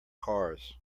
cars